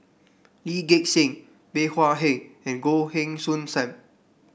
Lee Gek Seng Bey Hua Heng and Goh Heng Soon Sam